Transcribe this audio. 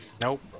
Nope